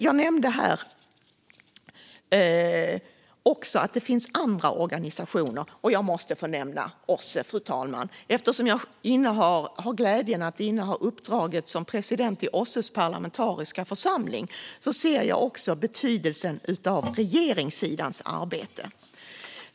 Jag nämnde att det också finns andra organisationer och måste få nämna OSSE, fru talman. Eftersom jag har glädjen att inneha uppdraget som president i OSSE:s parlamentariska församling ser jag betydelsen av regeringssidans arbete.